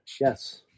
Yes